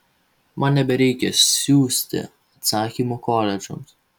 man nebereikia siųsti atsakymų koledžams